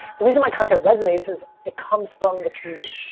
the reason my content resonates, is it comes from the community.